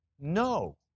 No